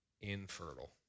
infertile